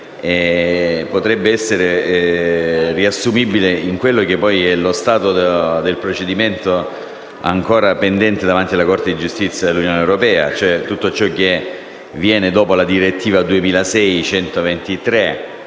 potrebbe essere riassumibile nello stato del procedimento ancora pendente davanti alla Corte di giustizia dell'Unione europea, vale a dire tutto ciò che viene dopo la direttiva 2006/123/CE